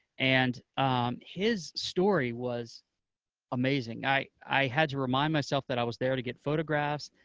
and his story was amazing. i i had to remind myself that i was there to get photographs,